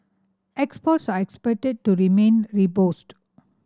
exports are expected to remain robust